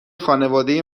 خانواده